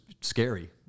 scary